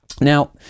Now